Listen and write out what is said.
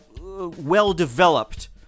well-developed